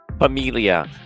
Amelia